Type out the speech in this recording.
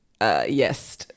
yes